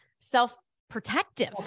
self-protective